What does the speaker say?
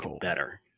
better